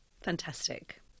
Fantastic